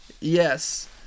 Yes